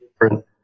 different